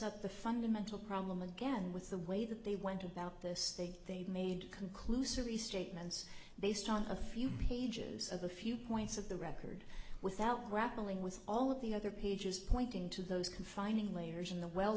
out the fundamental problem again with the way that they went about this thing they've made conclusively statements based on a few pages of a few points of the record without grappling with all of the other pages pointing to those confining layers in the well